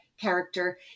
character